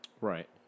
Right